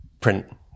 print